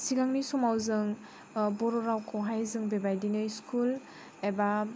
सिगांनि समाव जों बर' रावखौहाय जोङो बेबायदिनो स्कुल एबा